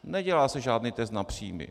Nedělá se žádný test na příjmy.